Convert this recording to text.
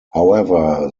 however